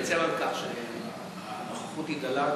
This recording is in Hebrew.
אני מצר על כך שהנוכחות היא דלה,